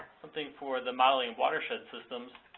something for the modeling watersheds systems.